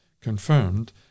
confirmed